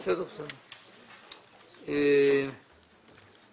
מתכבד לפתוח את ישיבת ועדת הכספים.